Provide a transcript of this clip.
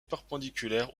perpendiculaire